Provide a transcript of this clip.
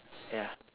ya